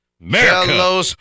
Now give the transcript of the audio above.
America